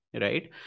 right